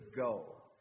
go